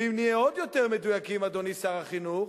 ואם נהיה עוד יותר מדויקים, אדוני שר החינוך,